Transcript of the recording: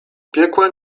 piekła